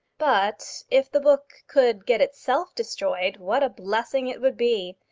but if the book could get itself destroyed, what a blessing it would be!